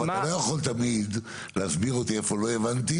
אבל אתה לא יכול תמיד להסביר אותי איפה לא הבנתי,